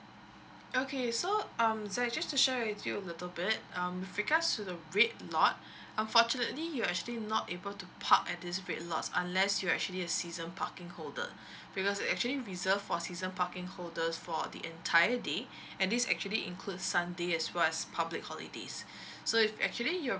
okay so um zack just to share with you a little bit um with regards to the red lot unfortunately you're actually not able to park at these red lots unless you're actually a season parking holder because it is actually reserve for season parking holders for the entire day and this actually includes sunday as well as public holidays so if actually you're